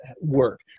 work